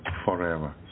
Forever